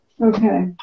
Okay